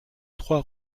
trois